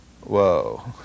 whoa